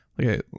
okay